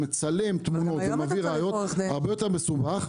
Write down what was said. מצלם תמונות ומביא ראיות וזה הרבה יותר מסובך.